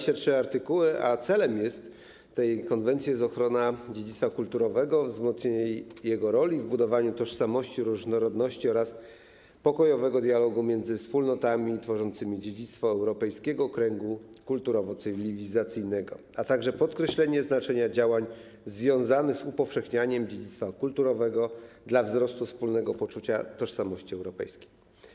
Celem tej konwencji jest ochrona dziedzictwa kulturowego, wzmocnienie jego roli w budowaniu tożsamości, różnorodności oraz pokojowego dialogu między wspólnotami tworzącymi dziedzictwo europejskiego kręgu kulturowo-cywilizacyjnego, a także podkreślenie znaczenia działań związanych z upowszechnianiem dziedzictwa kulturowego dla wzrostu wspólnego poczucia tożsamości europejskiej.